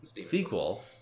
sequel